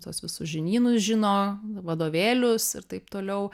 tuos visus žinynus žino vadovėlius ir taip toliau